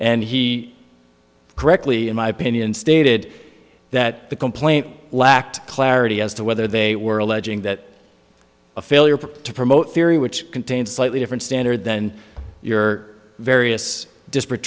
and he correctly in my opinion stated that the complaint lacked clarity as to whether they were alleging that a failure to promote theory which contains a slightly different standard then your various disparate